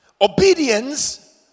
Obedience